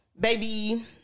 baby